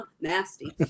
Nasty